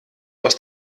aus